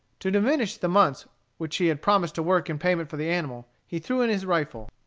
to diminish the months which he had promised to work in payment for the animal, he threw in his rifle.